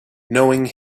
knowing